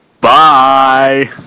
Bye